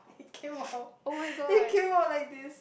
it came out it came out like this